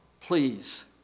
please